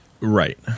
Right